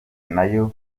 nayo